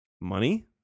Money